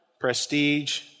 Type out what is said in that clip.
prestige